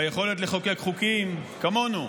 ביכולת לחוקק חוקים, כמונו,